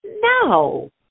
No